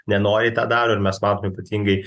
nenoriai tą daro ir mes matom ypatingai